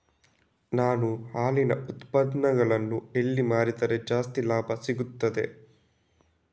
ನಾನು ಹಾಲಿನ ಉತ್ಪನ್ನಗಳನ್ನು ಎಲ್ಲಿ ಮಾರಿದರೆ ಜಾಸ್ತಿ ಲಾಭ ಸಿಗುತ್ತದೆ?